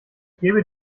gebe